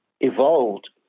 evolved